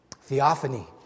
Theophany